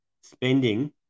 spending